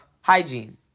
hygiene